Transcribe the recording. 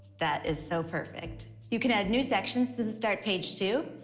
that is so perfect. you can add new sections to the start page too.